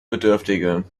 bedürftige